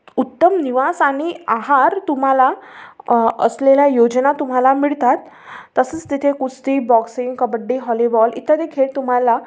उत्तम निवास आणि आहार तुम्हाला असलेल्या योजना तुम्हाला मिळतात तसंच तिथे कुस्ती बॉक्सिंग कबड्डी हॉलीबॉल इत्यादी खेळ तुम्हाला